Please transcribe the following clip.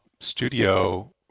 studio